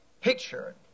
picture